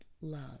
love